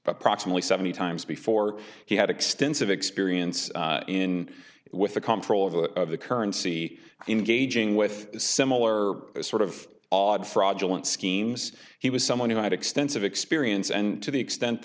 but proximately seventy times before he had extensive experience in it with the comptroller of the currency engaging with similar sort of odd fraudulent schemes he was someone who had extensive experience and to the extent